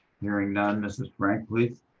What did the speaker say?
hearing none, ms. frank, please?